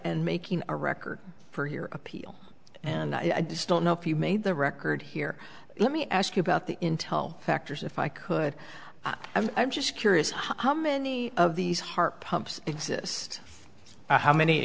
and making a record for your appeal and i just don't know if you made the record here let me ask you about the intel factors if i could and i'm just curious how many of these heart pumps exist how many